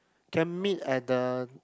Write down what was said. can meet at the